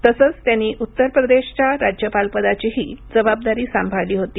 तसंच त्यांनी उत्तर प्रदेशच्या राज्यपालपदाचीही जबाबदारी सांभाळली होती